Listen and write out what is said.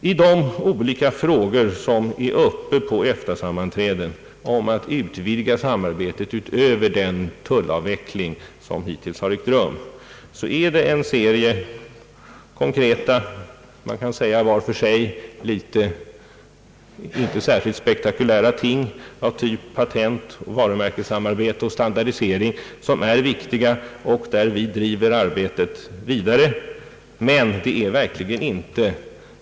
Av de olika frågor som är uppe till behandling på EFTA-sammanträden om att utvidga samarbetet utöver den tullavveckling, som hittills har ägt rum, är det en serie konkreta, var för sig kanske inte särskilt spektakulära ting av typ patent, varumärkessamarbete och standardisering, som är viktiga och där vi driver arbetet vidare.